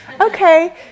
Okay